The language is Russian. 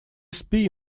спи